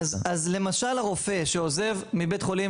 למשל הרופא שעוזב את בית החולים,